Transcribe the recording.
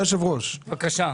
בבקשה.